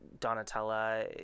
Donatella